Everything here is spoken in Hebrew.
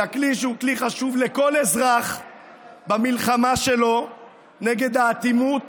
אלא כלי שהוא כלי חשוב לכל אזרח במלחמה שלו נגד האטימות